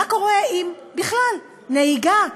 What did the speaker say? מה קורה בכלל עם נהיגה?